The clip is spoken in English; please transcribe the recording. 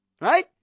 right